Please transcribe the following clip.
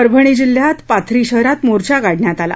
परभणी जिल्ह्यात पाथरी शहरात मोर्चा काढण्यात आला